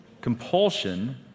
Compulsion